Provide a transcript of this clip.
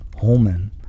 Holman